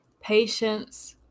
patience